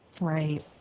Right